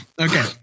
Okay